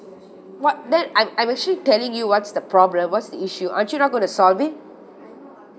what then I'm I'm actually telling you what's the problem what's the issue aren't you not going to solve it